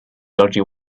dodgy